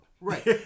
Right